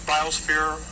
Biosphere